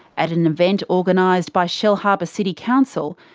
at an event organised by shellharbour city council,